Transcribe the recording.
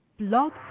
Blog